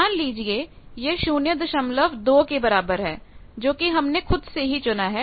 मान लीजिए यह 02 के बराबर है जोकि हमने खुद से ही चुना है